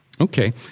Okay